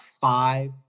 five